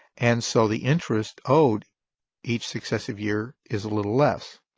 and so the interest owed each successive year is a little less.